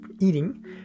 eating